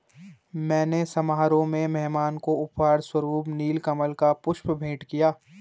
मैंने समारोह में मेहमान को उपहार स्वरुप नील कमल का पुष्प भेंट किया